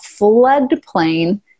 floodplain